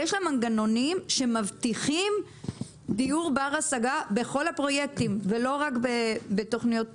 יש שם מנגנונים שמבטיחים דיור בר השגה בכל הפרויקטים ולא רק בתוכניות.